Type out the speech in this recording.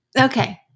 Okay